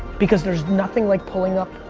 because there's nothing like pulling up,